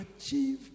achieve